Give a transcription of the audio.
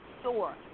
store